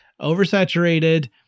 oversaturated